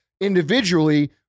individually